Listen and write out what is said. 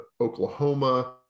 Oklahoma